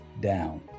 down